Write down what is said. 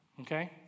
okay